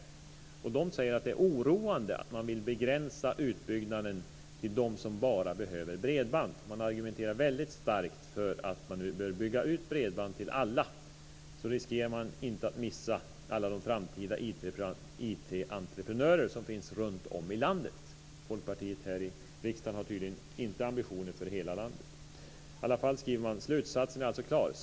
I den tidningen säger man att det är oroande att man vill begränsa utbyggnaden till dem som bara behöver bredband. Man argumenterar väldigt starkt för att man nu bör bygga ut bredband till alla så att man inte riskerar att missa alla de framtida IT-entreprenörer som finns runtom i landet. Folkpartiet här i riksdagen har tydligen inte ambitioner för hela landet. Gefle Dagblad skriver: Slutsatsen är alltså klar.